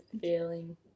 feeling